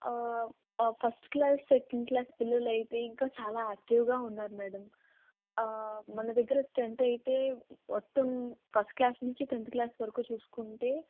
first class second class పిల్లలైతే ఇంకా చాలా యాక్టీవ్గా ఉన్నారు మేడం మన దగ్గర స్ట్రెంత్ అయితే మొత్తం ఫస్ట్ క్లాస్ నుంచి టెన్త్ క్లాస్ వరకు చూసుకుంటే